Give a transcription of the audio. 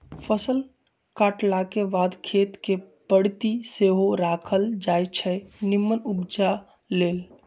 फसल काटलाके बाद खेत कें परति सेहो राखल जाई छै निम्मन उपजा लेल